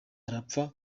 arapfa